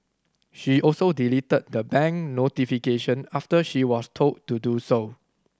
she also deleted the bank notification after she was told to do so